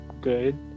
good